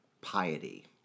piety